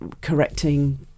correcting